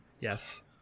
Yes